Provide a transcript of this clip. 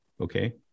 okay